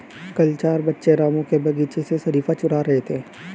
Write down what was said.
कल चार बच्चे रामू के बगीचे से शरीफा चूरा रहे थे